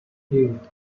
eight